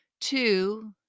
Two